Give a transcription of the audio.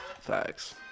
Thanks